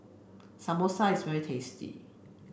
Samosa is very tasty